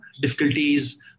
difficulties